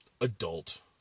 adult